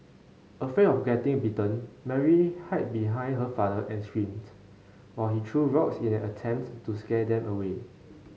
afraid of getting bitten Mary hide behind her father and screamed while he threw rocks in an attempt to scare them away